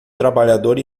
trabalhador